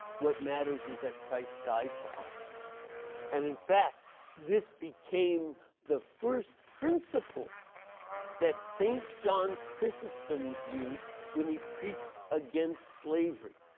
what matters is that christ died for us and in fact this became the first principle that st. john chrysostom used when he preached against slavery.